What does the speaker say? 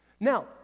Now